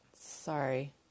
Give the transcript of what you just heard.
Sorry